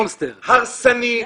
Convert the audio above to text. הרסני,